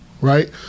right